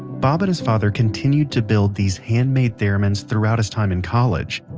bob and his father continued to build these homemade theremins throughout his time in college.